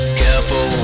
careful